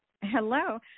Hello